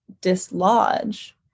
dislodge